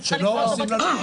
אני צריכה לקרוא אותו בקפה.